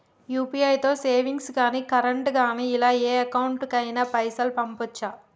UPI తో savings గాని current గాని ఇలా ఏ అకౌంట్ కైనా పైసల్ పంపొచ్చా?